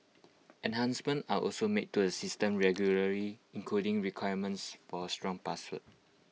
enhancements are also made to the system regularly including requirements for strong passwords